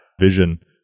vision